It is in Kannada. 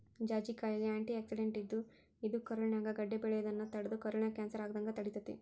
ಜಾಜಿಕಾಯಾಗ ಆ್ಯಂಟಿಆಕ್ಸಿಡೆಂಟ್ ಇದ್ದು, ಇದು ಕರುಳಿನ್ಯಾಗ ಗಡ್ಡೆ ಬೆಳಿಯೋದನ್ನ ತಡದು ಕರುಳಿನ ಕ್ಯಾನ್ಸರ್ ಆಗದಂಗ ತಡಿತೇತಿ